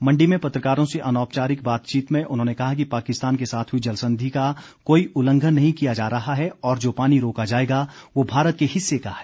मंडी में पत्रकारों से अनौपचारिक बातचीत में उन्होंने कहा कि पाकिस्तान के साथ हुई जलसंधि का कोई उल्लघंन नहीं किया जा रहा है और जो पानी रोका जाएगा वो भारत के हिस्से का है